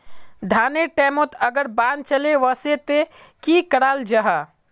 धानेर टैमोत अगर बान चले वसे ते की कराल जहा?